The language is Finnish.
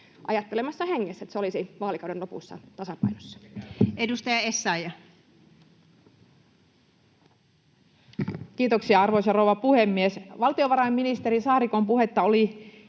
ajattelemassa hengessä, että se olisi vaalikauden lopussa tasapainossa? Edustaja Essayah. Kiitoksia, arvoisa rouva puhemies! Valtiovarainministeri Saarikon puhetta oli